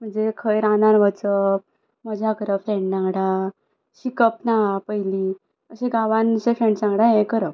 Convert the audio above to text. म्हणजे खंय रानांन वचप मजा करप फ्रेंडा वांगडा शिकप ना पयलीं अशीं गांवांन तेच्या फ्रेंड्सा वांगडा हें करप